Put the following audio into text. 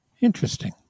Interesting